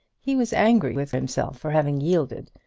he was angry with himself for having yielded,